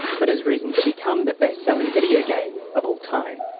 but has risen to become the best selling video game of all time.